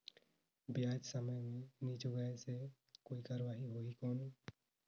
ब्याज समय मे नी चुकाय से कोई कार्रवाही होही कौन?